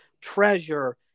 treasure